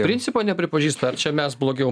principo nepripažįsta ar čia mes blogiau